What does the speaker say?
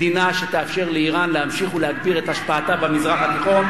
מדינה שתאפשר לאירן להמשיך ולהגביר את השפעתה במזרח התיכון,